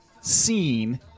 seen